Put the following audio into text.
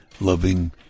loving